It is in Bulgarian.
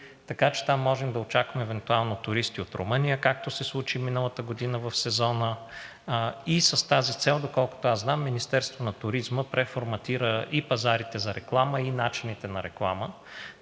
Така че там можем да очакваме евентуално туристи от Румъния, както се случи миналата година в сезона. И с тази цел, доколкото аз знам, Министерството на туризма преформатира и пазарите за реклама, и начините на реклама,